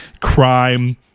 crime